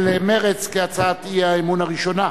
סיעת קדימה עדיין מבקשת לשקול,